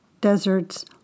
Desert's